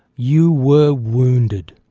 you were wounded.